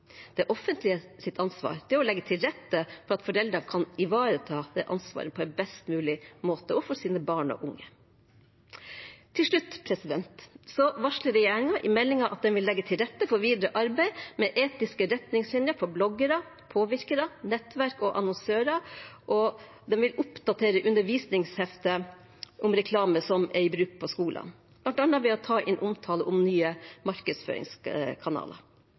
Det offentliges ansvar er å legge til rette for at foreldrene kan ivareta det ansvaret på en best mulig måte overfor sine barn og unge. Til slutt: Regjeringen varsler i meldingen at den vil legge til rette for videre arbeid med etiske retningslinjer for bloggere, påvirkere, nettverk og annonsører, og den vil oppdatere undervisningsheftet om reklame som er i bruk på skolene, bl.a. ved å ta inn omtale av nye markedsføringskanaler.